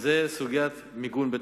זאת סוגיית מיגון בית-החולים.